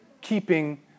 keeping